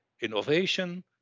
innovation